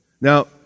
Now